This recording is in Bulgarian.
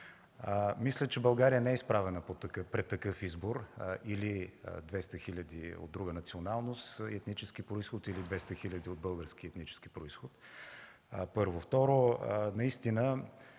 Мисля, че България не е изправена пред такъв избор – или 200 хиляди от друга националност и етнически произход, или 200 хиляди от български етнически произход. Второ, наистина